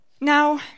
now